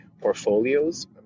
portfolios